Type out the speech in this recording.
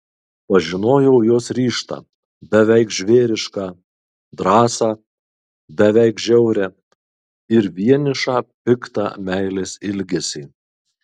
pažinau jos ryžtą beveik žvėrišką drąsą beveik žiaurią ir vienišą piktą meilės ilgesį